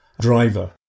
driver